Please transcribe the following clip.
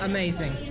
Amazing